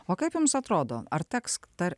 o kaip jums atrodo ar teks dar